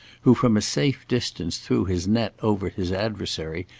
who from a safe distance threw his net over his adversary,